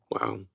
Wow